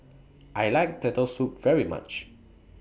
I like Turtle Soup very much